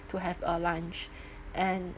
to have a lunch and